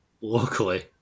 luckily